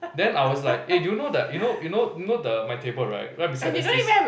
then I was like eh you know the you know you know you know the my table right right beside there's this